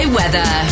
weather